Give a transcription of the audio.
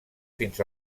fins